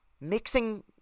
mixing